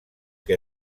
què